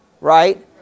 right